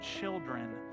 children